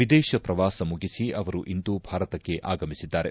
ವಿದೇಶ ಪ್ರವಾಸ ಮುಗಿಸಿ ಅವರು ಇಂದು ಭಾರತಕ್ಷೆ ಆಗಮಿಸಿದ್ದಾರೆ